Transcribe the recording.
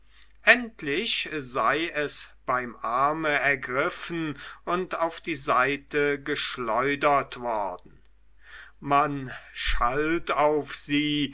endlich sei es beim arme ergriffen und auf die seite geschleudert worden man schalt auf sie